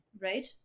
right